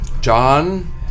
John